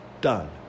done